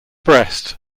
breast